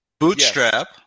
Bootstrap